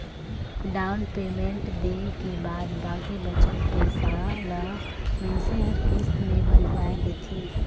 down payment देय के बाद बाकी बचत पइसा ल मइनसे हर किस्त में बंधवाए देथे